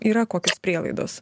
yra kokios prielaidos